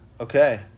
Okay